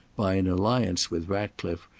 by an alliance with ratcliffe,